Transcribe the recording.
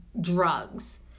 drugs